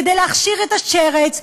כדי להכשיר את השרץ,